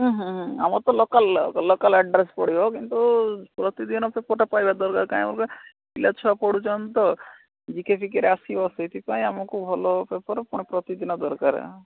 ହୁଁ ହୁଁ ହୁଁ ଆମର ତ ଲୋକାଲ୍ ଲୋକ ଲୋକାଲ୍ ଆଡ୍ରେସ୍ ପଡ଼ିବ କିନ୍ତୁ ପ୍ରତିଦିନ ପେପର୍ଟା ପାଇବା ଦରକାର କାଇଁ କହିଲ ପିଲାଛୁଆ ପଢ଼ୁଛନ୍ତି ତ ଜିକେ ଫିକେର ଆସିବ ସେଇଥିପାଇଁ ଆମକୁ ଭଲ ପେପର୍ ପୁଣି ପ୍ରତିଦିନ ଦରକାର